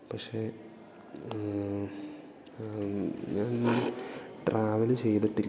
പക്ഷേ ഞാൻ ട്രാവല് ചെയ്തിട്ടില്ല